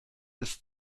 ist